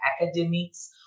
academics